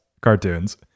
cartoons